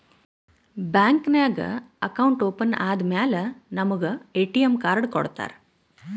bank ನಾಗ್ account open ಆದಮ್ಯಾಲ ನಮುಗ ಎ.ಟಿ.ಎಮ್ ಕಾರ್ಡ್ ಕೊಡ್ತಾರ್